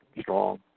strong